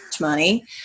money